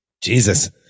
Jesus